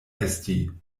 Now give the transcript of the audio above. esti